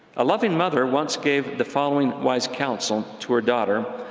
a loving mother once gave the following wise counsel to her daughter,